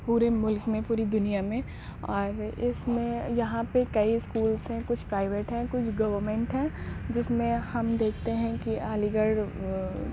پورے ملک میں پوری دنیا میں اور اس میں یہاں پہ کئی اسکولس ہیں کچھ پرائیویٹ ہیں کچھ گورنمنٹ ہیں جس میں ہم دیکھتے ہیں کہ علی گڑھ